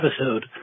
episode